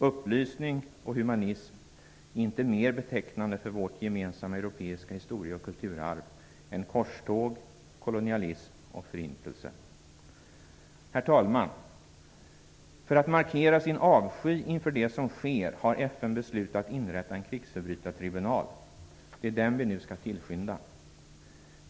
Upplysning och humanism är inte mer betecknande för vårt gemensamma europeiska historie och kulturarv än korståg, kolonialism och förintelse. Herr talman! För att markera sin avsky inför det som sker har FN beslutat inrätta en krigsförbrytartribunal. Det är den vi nu skall tillskynda.